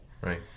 Right